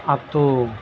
ᱟᱛᱳ